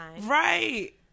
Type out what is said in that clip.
Right